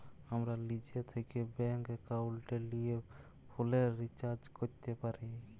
আমরা লিজে থ্যাকে ব্যাংক একাউলটে লিয়ে ফোলের রিচাজ ক্যরতে পারি